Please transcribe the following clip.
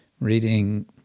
reading